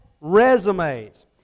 Resumes